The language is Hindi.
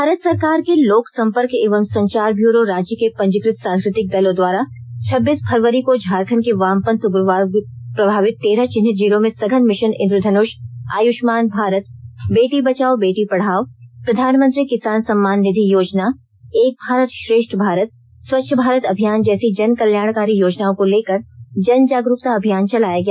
भारत सरकार के लोक संपर्क एवं संचार ब्यूरो रांची के पंजीकृत सांस्कृतिक दलों द्वारा छब्बीस फरवरी को झारखंड के वामपंथ उग्रवाद प्रभावित तेरह चिन्हित जिलों में सघन मिशन इंद्रधनुष आयुष्मान भारत बेटी बचाओ बेटी पढ़ाओ प्रधानमंत्री किसान सम्मान निधि योजना एक भारत श्रेष्ठ भारत स्वच्छ भारत अभियान जैसी जनकल्याणकारी योजनाओं को लेकर जन जागरुकता अभियान चलाया गया